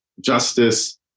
Justice